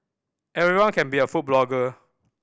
everyone can be a food blogger